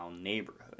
neighborhood